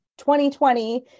2020